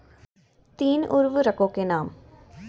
तीन उर्वरकों के नाम?